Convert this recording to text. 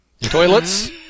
Toilets